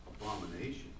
abomination